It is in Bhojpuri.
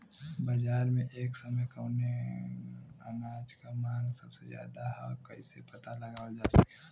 बाजार में एक समय कवने अनाज क मांग सबसे ज्यादा ह कइसे पता लगावल जा सकेला?